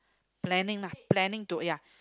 planning lah planning to ya